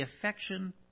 affection